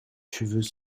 cheveux